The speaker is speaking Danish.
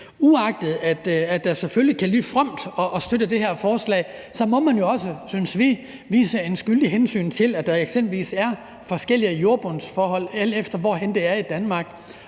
Uagtet at det selvfølgelig kan lyde fromt at støtte det her forslag, må man jo også, synes vi, tage skyldigt hensyn til, at der jo eksempelvis er forskellige jordbundsforhold, alt efter hvorhenne det er i Danmark,